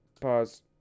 Pause